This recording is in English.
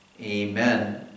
Amen